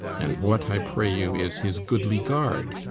and what, i pray you, is his goodly guard?